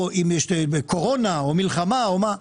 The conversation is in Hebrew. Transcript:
או אם יש קורונה, מלחמה או משהו אחר.